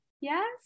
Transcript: yes